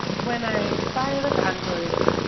when i fire at androids,